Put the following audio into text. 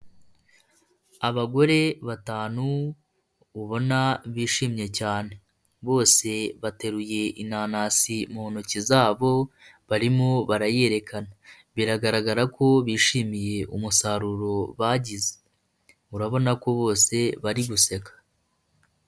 Abagore batanu ubona bishimye cyane, bose bateruye inanasi mu ntoki zabo barimo barayerekana, biragaragara ko bishimiye umusaruro bagize. Urabona ko bose bari guseka.